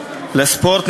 לספורט,